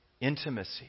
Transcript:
Intimacy